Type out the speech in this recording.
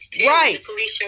Right